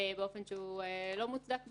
באופן לא מוצדק בתיק,